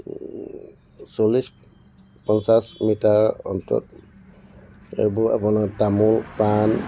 চল্লিছ পঞ্চাছ মিটাৰ অন্তত এইবোৰ আপোনাৰ তামোল পান